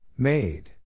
Made